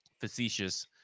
facetious